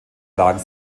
lagen